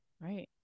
right